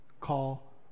call